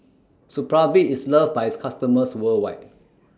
Supravit IS loved By its customers worldwide